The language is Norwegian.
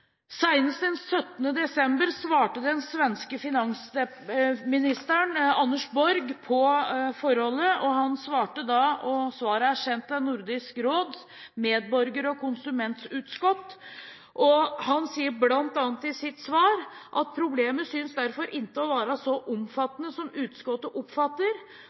desember svarte den svenske finansministeren Anders Borg på dette. Svaret er sendt til Nordisk råd, Medborgar- och konsumentutskottet. Han sier bl.a. i sitt svar: «Problemen synes därför inte vara så omfattande som utskottet